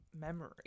memory